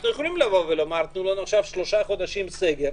אנחנו יכולים לבקש שלושה חודשי סגר,